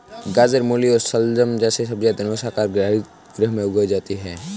गाजर, मूली और शलजम जैसी सब्जियां धनुषाकार हरित गृह में उगाई जाती हैं